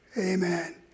amen